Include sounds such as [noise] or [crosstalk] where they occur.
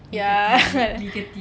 ya [laughs]